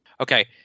Okay